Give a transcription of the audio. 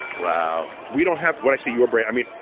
wow. we don't have, when i say your brain i mean,